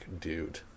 dude